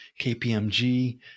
KPMG